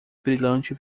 brilhante